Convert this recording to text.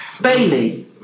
Bailey